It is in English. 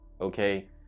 Okay